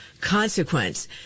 consequence